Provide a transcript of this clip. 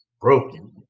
broken